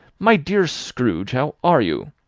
my dear scrooge, how are you?